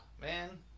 man